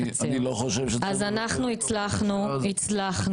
אני לא חושב --- אז אנחנו הצלחנו עכשיו,